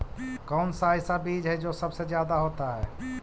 कौन सा ऐसा बीज है जो सबसे ज्यादा होता है?